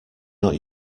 not